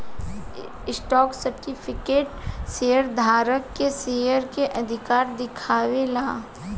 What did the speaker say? stock certificate share धारक के share के अधिकार दिखावे ला